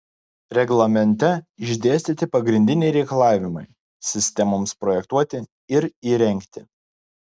reglamente išdėstyti pagrindiniai reikalavimai sistemoms projektuoti ir įrengti